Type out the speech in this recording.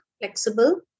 flexible